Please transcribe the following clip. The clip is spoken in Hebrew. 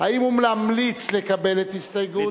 אם הוא ממליץ לקבל את ההסתייגות,